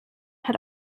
hat